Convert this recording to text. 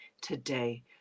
today